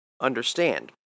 understand